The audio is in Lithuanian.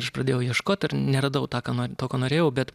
aš pradėjau ieškot ir neradau tą ką to ko norėjau bet